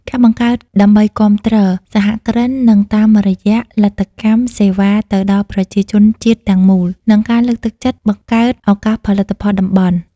ការបង្កើតដើម្បីគាំទ្រសហគ្រិននិងតាមរយៈលទ្ធកម្មសេវាទៅដល់ប្រជាជនជាតិទាំងមូល និងការលើកទឹកចិត្តបង្កើតឱកាសផលិតផលតំបន់។